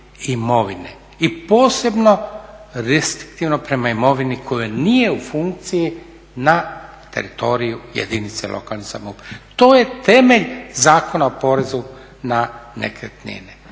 i posebno restriktivno prema imovini koja nije u funkciji na teritoriju jedinice lokalne samouprave. To je temelj Zakona o porezu na nekretnine